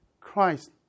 Christ